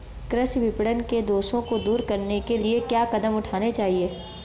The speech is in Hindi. कृषि विपणन के दोषों को दूर करने के लिए क्या कदम उठाने चाहिए?